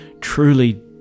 truly